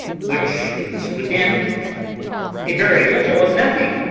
which is within a very little of nothing.